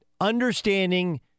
understanding